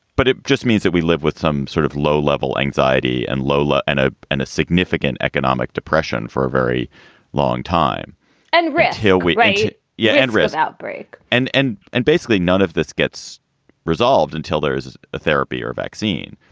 but it just means that we live with some sort of low level anxiety and lola and a and a significant economic depression for a very long time and redhill, we. yeah. endris outbreak and and and basically none of this gets resolved until there is a therapy or vaccine.